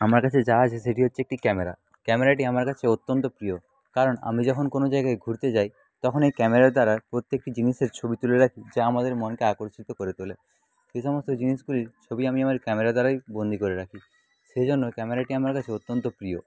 আমার কাছে যা আছে সেটি হচ্ছে একটি ক্যামেরা ক্যামেরাটি আমার কাছে অত্যন্ত প্রিয় কারণ আমি যখন কোনো জায়গায় ঘুরতে যাই তখন এই ক্যামেরার দ্বারা প্রত্যেকটি জিনিসের ছবি তুলে রাখি যা আমাদের মনকে আকর্ষিত করে তোলে সে সমস্ত জিনিসগুলির ছবি আমি আমার ক্যামেরা দ্বারাই বন্দি করে রাখি সেই জন্য ক্যামেরাটি আমার কাছে অত্যন্ত প্রিয়